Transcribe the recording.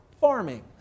farming